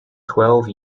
twelve